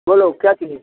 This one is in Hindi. बोलो क्या चाहिए